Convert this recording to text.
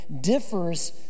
differs